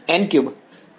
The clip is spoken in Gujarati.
વિદ્યાર્થી n ક્યુબ